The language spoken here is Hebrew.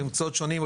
במקצועות שונים,